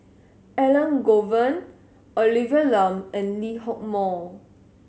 Elangovan Olivia Lum and Lee Hock Moh